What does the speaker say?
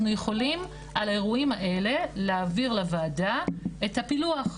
אנחנו יכולים על האירועים האלה להעביר לוועדה את הפילוח,